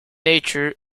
nature